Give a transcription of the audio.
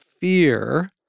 fear